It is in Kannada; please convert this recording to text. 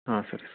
ಹಾಂ ಸರ್